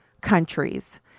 countries